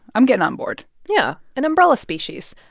i'm getting on board yeah, an umbrella species.